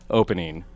opening